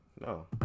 No